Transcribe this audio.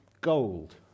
gold